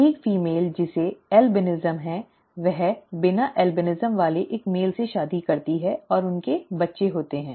एक फीमेल जिसे अल्बिनिज़म है वह बिना अल्बिनिज़म वाले एक मेल से शादी करती है और उनके बच्चे होते हैं